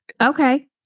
Okay